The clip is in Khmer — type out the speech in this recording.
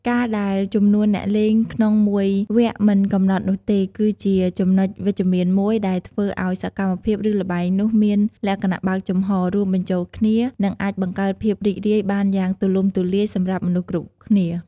ការដែលចំនួនអ្នកលេងក្នុងមួយវគ្គមិនកំណត់នោះទេ គឺជាចំណុចវិជ្ជមានមួយដែលធ្វើឲ្យសកម្មភាព ឬល្បែងនោះមាន លក្ខណៈបើកចំហ រួមបញ្ចូលគ្នា និងអាចបង្កើតភាពរីករាយបានយ៉ាងទូលំទូលាយ សម្រាប់មនុស្សគ្រប់គ្នា។